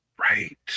Right